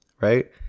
right